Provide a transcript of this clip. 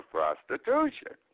prostitution